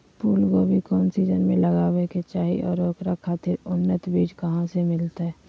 फूलगोभी कौन सीजन में लगावे के चाही और ओकरा खातिर उन्नत बिज कहा से मिलते?